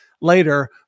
later